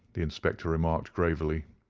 the inspector remarked gravely,